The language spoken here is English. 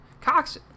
Cox